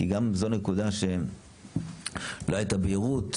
כי גם זו נקודה שלא הייתה בהירות,